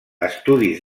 estudis